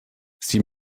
sie